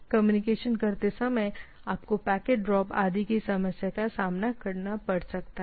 इसलिए कम्युनिकेशन करते समय आपको पैकेट ड्रॉप आदि की समस्या का सामना करना पड़ सकता है